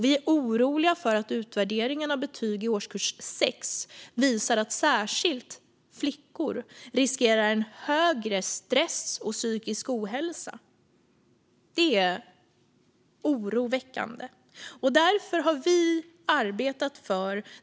Vi är oroliga för att utvärderingen av betyg i årskurs 6 visar att särskilt flickor riskerar en högre stress och psykisk ohälsa. Det är oroväckande.